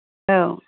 औ